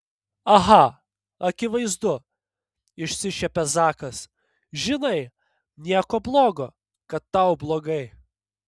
aha akivaizdu išsišiepia zakas žinai nieko blogo kad tau blogai